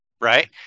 Right